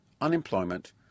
unemployment